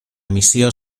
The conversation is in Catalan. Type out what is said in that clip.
missió